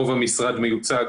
רוב המשרד מיוצג